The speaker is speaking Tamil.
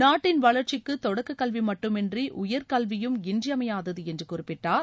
நாட்டின் வளர்ச்சிக்கு தொடக்க கல்வி மட்டுமின்றி உயர்கல்வியும் இன்றையமையாதது என்று குறிப்பிட்டார்